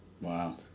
Wow